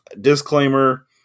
disclaimer